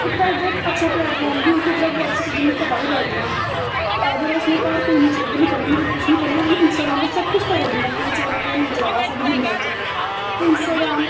इक टाइप दा इक अच्छा प्लेटफार्म बी ऐ जेह्ड़ा बड़ी सी चीज़ां मिगी पता लगदियां कि अदरवाइज में घर कोई न्यूज पेपर निं पढ़नी होन्नी कोई कुछ निं पढ़नी होन्नी इंस्टाग्राम पर सब कुछ पता लग्गी जंदा केह् चला दा केह् नेईं चला दा साड्डी दुनिया च ते इंस्टाग्राम